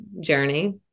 journey